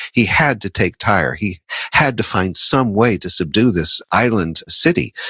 he had to take tyre, he had to find some way to subdue this island city.